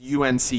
UNC